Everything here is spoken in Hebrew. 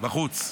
בחוץ,